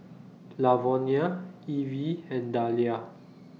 Lavonia Ivey and Dalia